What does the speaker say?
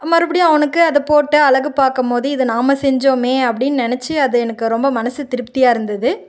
மறுபடியும் அவனுக்கு அதை போட்டு அழகு பார்க்கம்போது இதை நாம் செஞ்சோமே அப்படின்னு நினச்சி அது எனக்கு ரொம்ப மனது திருப்தியாக இருந்தது